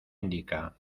indica